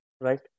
right